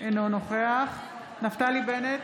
אינו נוכח נפתלי בנט,